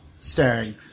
staring